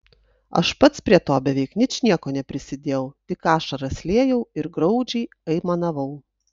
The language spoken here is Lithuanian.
aš pats prie to beveik ničnieko neprisidėjau tik ašaras liejau ir graudžiai aimanavau